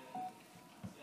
חבר הכנסת